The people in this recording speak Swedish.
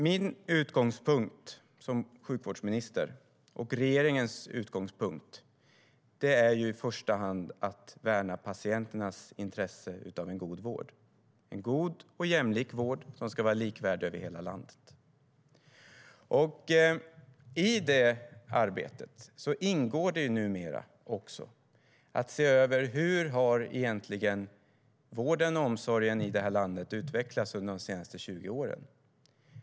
Min utgångspunkt som sjukvårdsminister och regeringens utgångspunkt är i första hand att värna patienternas intresse av en god och jämlik vård som ska vara likvärdig över hela landet.I detta arbete ingår det numera också att se över hur vården och omsorgen i landet har utvecklats under de senaste 20 åren.